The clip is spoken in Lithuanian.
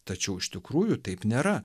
tačiau iš tikrųjų taip nėra